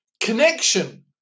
connection